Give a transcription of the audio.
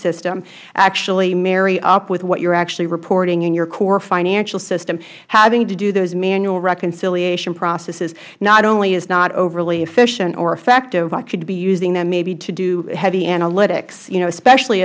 system actually marry up with what you are actually reporting in your core financial system having to do those manual reconciliation processes not only is not overly efficient or effective i could be using them maybe to do heavy analytics you know especially